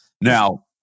Now